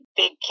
big